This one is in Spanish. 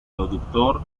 productor